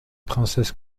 princesse